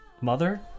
Mother